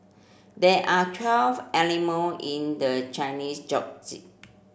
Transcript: there are twelve animal in the Chinese